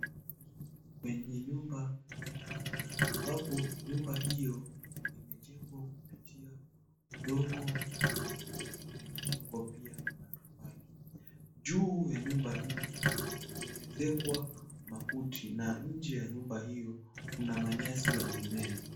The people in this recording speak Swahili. Kwenye nyumba ya ambapo nyumba hiyo imejengwa kupitia udongo, na pia imejengwa pia na matofali. Juu ya nyumba hiyo kumeezekwa makuti, na nje ya nyumba hiyo kuna manyasi ya mimea.